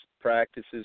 practices